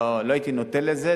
לא הייתי נותן לזה,